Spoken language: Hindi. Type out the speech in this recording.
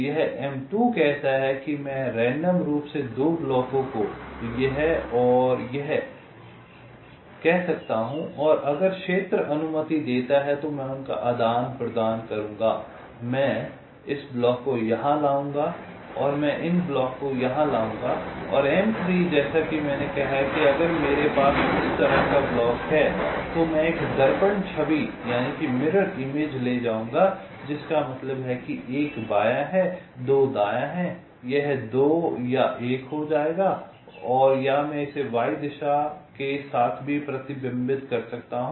यह M2 कहता है कि मैं रैंडम रूप से दो ब्लॉकों को यह और यह कह सकता हूं और अगर क्षेत्र अनुमति देता है तो मैं उनका आदान प्रदान करूंगा मैं इस ब्लॉक को यहां लाऊंगा और मैं इन ब्लॉक को यहां ले जाऊंगा और M3 जैसा कि मैंने कहा है कि अगर मेरे पास इस तरह का ब्लॉक है तो मैं एक दर्पण छवि ले जाऊंगा जिसका मतलब है कि 1 बायां है 2 दायां है यह 2 या 1 हो जाएगा या मैं इसे y दिशा के साथ भी प्रतिबिंबित कर सकता हूं